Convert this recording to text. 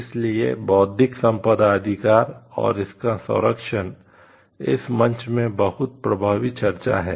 इसलिए बौद्धिक संपदा अधिकार और इसका संरक्षण इस मंच में बहुत प्रभावी चर्चा है